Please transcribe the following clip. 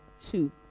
two